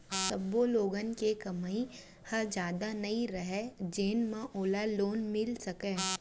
सब्बो लोगन के कमई ह जादा नइ रहय जेन म ओला लोन मिल सकय